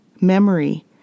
memory